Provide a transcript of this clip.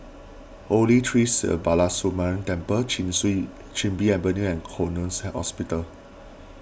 Holy Tree Sri Balasubramaniar Temple Chin Bee Avenue and Connexion Hospital